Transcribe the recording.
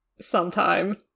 sometime